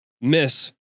miss